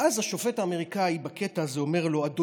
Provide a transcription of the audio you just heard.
ואז השופט האמריקני בקטע הזה אומר לו: אדוני,